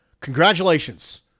Congratulations